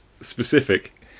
specific